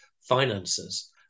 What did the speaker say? finances